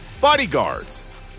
Bodyguards